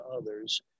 others